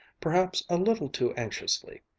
perhaps a little too anxiously.